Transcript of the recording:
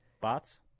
Bots